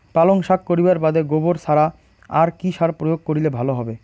পালং শাক করিবার বাদে গোবর ছাড়া আর কি সার প্রয়োগ করিলে ভালো হবে?